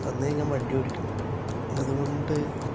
അന്നേ ഞാൻ വണ്ടി ഓടിക്കും അതുകൊണ്ട്